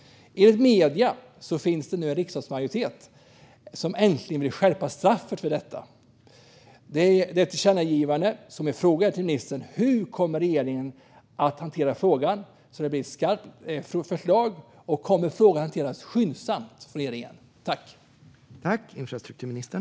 Enligt medier finns det nu äntligen en riksdagsmajoritet som vill skärpa straffet för detta. Det är ett tillkännagivande. Min fråga till ministern är: Hur kommer regeringen att hantera frågan så att det blir ett skarpt förslag, och kommer den att hanteras skyndsamt av regeringen?